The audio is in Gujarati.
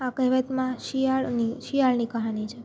આ કહેવતમાં શિયાળની શિયાળની કહાની છે